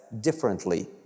differently